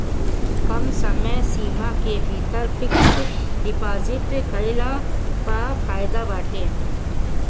कम समय सीमा के भीतर फिक्स डिपाजिट कईला पअ फायदा बाटे